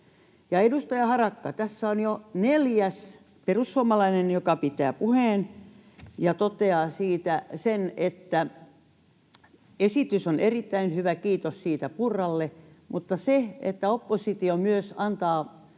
Edustaja Harakka, tässä on jo neljäs perussuomalainen, joka pitää puheen ja toteaa sen, että esitys on erittäin hyvä, kiitos siitä Purralle. Mutta se, että myös oppositio antaa